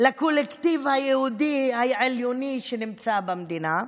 לקולקטיב היהודי העליון שנמצא במדינה.